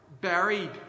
buried